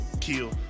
kill